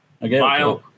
again